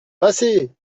passez